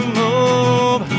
move